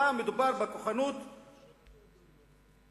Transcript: הפעם מדובר בכוחנות פוליטית,